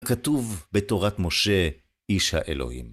כתוב בתורת משה, איש האלוהים.